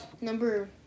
number